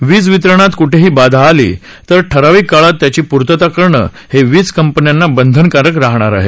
वीजवितरणात कुठेही बाधा आली तर ठरविक काळात त्याची पूर्तता करणं हे वीजकंपन्यांना बंधनकारक राहणार आहे